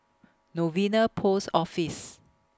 Novena Post Office